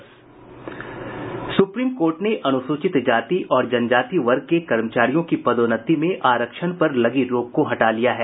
supreme court ने अनुसूचित जाति और जनजाति वर्ग के कर्मचारियों की पदोन्नति में आरक्षण पर लगी रोक को हटा लिया है